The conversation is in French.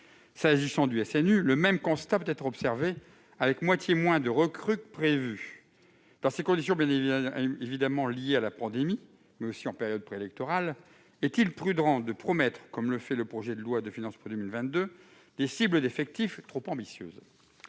national universel, le même constat peut être observé avec moitié moins de recrues que prévu. Dans ces conditions, bien évidemment liées à la pandémie, et en période préélectorale, est-il prudent de promettre, comme c'est le cas dans le projet de loi de finances pour 2022, des cibles d'effectifs trop ambitieuses ?